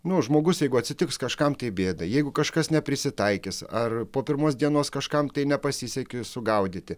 nu žmogus jeigu atsitiks kažkam tai bėda jeigu kažkas neprisitaikys ar po pirmos dienos kažkam tai nepasisekė sugaudyti